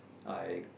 I